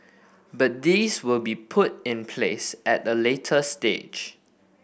but these will be put in place at a later stage